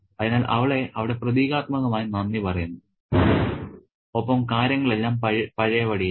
അതിനാൽ അവളെ അവിടെ പ്രതീകാത്മകമായി നന്ദി പറയുന്നു ഒപ്പം കാര്യങ്ങൾ എല്ലാം പഴയപടിയായി